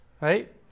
Right